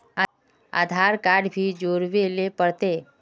आधार card भी जोरबे ले पड़ते?